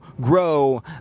grow